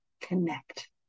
connect